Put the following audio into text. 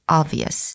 obvious